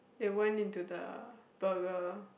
they went into the burger